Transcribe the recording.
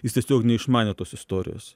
jis tiesiog neišmanė tos istorijos